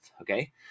Okay